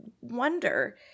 wonder